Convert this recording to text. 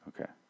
Okay